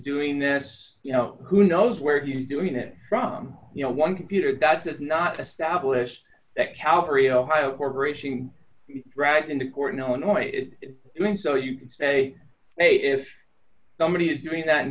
doing this you know who knows where he's doing it from you know one computer that's not established that calvary ohio corporation dragged into court in illinois doing so you could say hey if somebody is doing that in